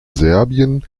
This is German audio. serbien